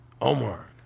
Omar